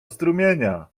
strumienia